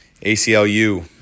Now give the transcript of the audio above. aclu